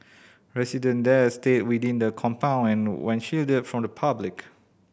resident there are stayed within the compound and were shielded from the public